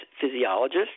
physiologist